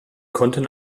konnten